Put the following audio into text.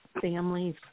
families